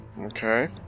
Okay